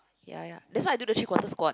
ya ya that's why I do the three quarter squat